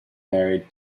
married